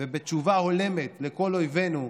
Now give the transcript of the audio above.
בתשובה הולמת לכל אויבינו,